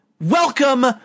welcome